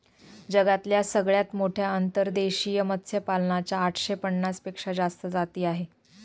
जगातल्या सगळ्यात मोठ्या अंतर्देशीय मत्स्यपालना च्या आठशे पन्नास पेक्षा जास्त जाती आहे